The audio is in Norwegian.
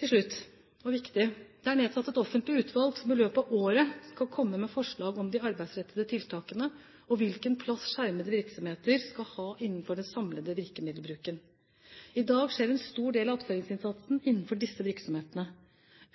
Til slutt, og viktig: Det er nedsatt et offentlig utvalg som i løpet av året skal komme med forslag om de arbeidsrettede tiltakene og hvilken plass skjermede virksomheter skal ha innenfor den samlede virkemiddelbruken. I dag skjer en stor del av attføringsinnsatsen innenfor disse virksomhetene.